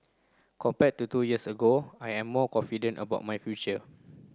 compared to two years ago I am more confident about my future